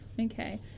Okay